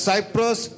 Cyprus